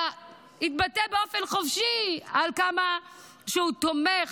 התבטא באופן חופשי על כמה שהוא תומך